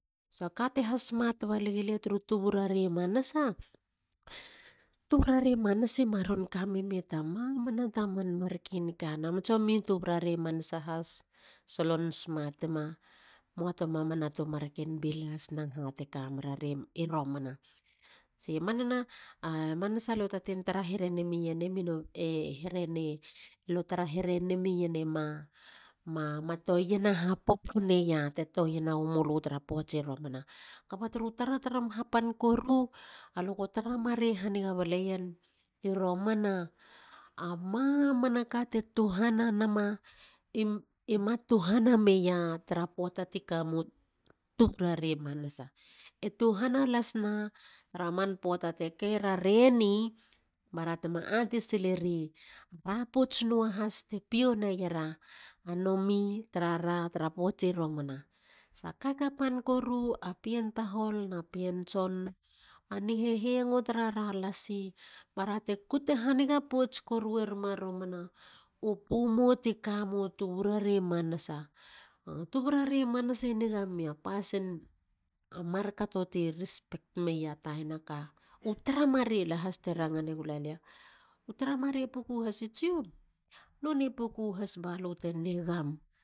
Kata ha smat bale golia turu rarere manasa. Tuburare manasa maron kamene ta mamana ta marken ka. So. tsomi tuburara manasa has solon smatima muatu mamanu ken bilas na ha te kamerire romana. E manana i manasa e ma toena ha popo neyi te toiena wamulu tara poati romana. koba turu taratara hapan koru. alu go tara marei haniga baleien. I romana a mamanaka e tuhana nama. e ma tuhana meya tara poata te kamo tuburare manasa. e tuhana has na tara man poata te kerereni bara tema atesileri ara pouts nuahas te pioneiera niomi tarara tara poati romana. A ka kapan koru a pienn tahol na pien tson. a ni hehengo tarara lasi bara te kute haniga pouts korueruma romana. Romana u pu mou tu kameu tuburare manasa. tuburare manasa niga meya pasin a markato ti respect meya taina ka. u tara marei te ranga negulia. u tara marei puku has tsiom. nonei puku balute nigam.